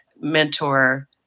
mentor